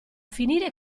finire